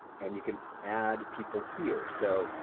and you can add people here. so